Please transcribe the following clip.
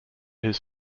his